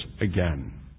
again